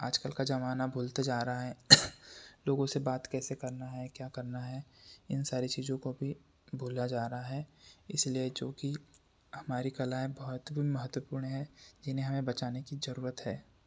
आज कल का ज़माना भूलते जा रहा है लोगो से बात कैसे करना है क्या करना है इन सारी चीज़ों को भी बोला जा रहा है इसलिए चूंकि हमारी कलाएँ बहुत ही महत्वपूर्ण है जिन्हें हमें बचाने की जरूरत है